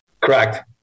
Correct